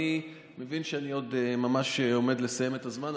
אני מבין שאני עוד מעט עומד לסיים את הזמן,